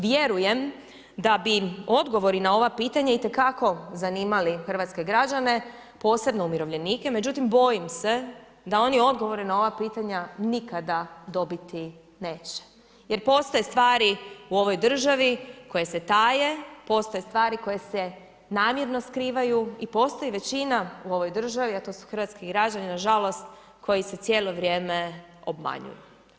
Vjerujem da bi odgovori na ova pitanja itekako zanimali hrvatske građane posebno umirovljenike međutim bojim se da oni odgovore na ova pitanja nikada dobiti neće jer postoje stvari u ovoj državi koje se taje, postoje stvari koje se namjerno skrivaju i postoji većina u ovoj državi a to su hrvatski građani nažalost, koji se cijelo vrijeme obmanjuju.